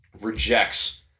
rejects